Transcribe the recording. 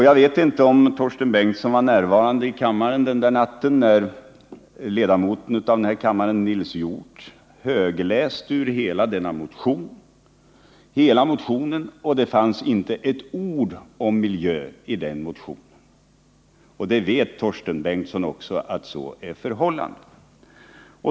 Jag vet inte om Torsten Bengtson var närvarande när ledamoten av denna kammare Nils Hjorth läste upp hela denna motion — det fanns inte ett ord om miljön i den motionen! Också Torsten Bengtson vet att så är förhållandet.